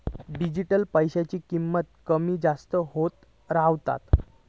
digital पैशाची किंमत कमी जास्त होत रव्हता